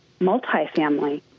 multifamily